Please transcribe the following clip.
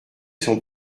son